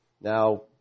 Now